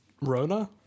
Rona